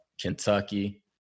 Kentucky